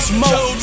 Smoke